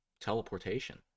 teleportation